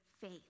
faith